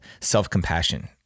self-compassion